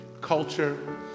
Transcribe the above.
culture